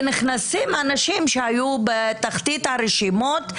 ונכנסים אנשים שהיו בתחתית הרשימות,